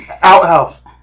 Outhouse